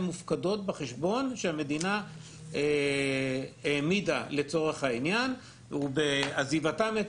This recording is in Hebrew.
מופקדות בחשבון שהמדינה העמידה לצורך העניין ובעזיבתם את